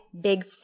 big